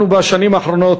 אנחנו בשנים האחרונות,